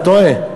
אתה טועה.